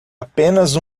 apenas